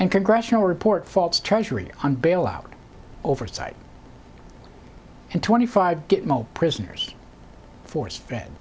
and congressional report faults treasury on bailout oversight and twenty five prisoners force fed